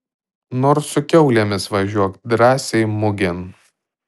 nors su kiaulėmis važiuok drąsiai mugėn